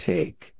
Take